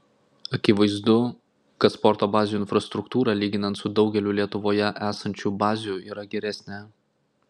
akivaizdu kad sporto bazių infrastruktūra lyginant su daugeliu lietuvoje esančių bazių yra geresnė